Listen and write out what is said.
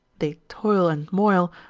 they toil and moil,